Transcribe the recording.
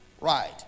right